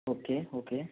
okay okay